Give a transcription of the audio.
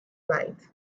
light